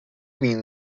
mean